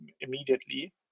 immediately